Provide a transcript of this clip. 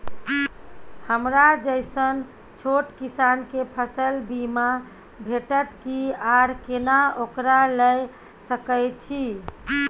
हमरा जैसन छोट किसान के फसल बीमा भेटत कि आर केना ओकरा लैय सकैय छि?